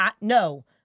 no